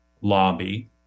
lobby